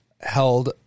held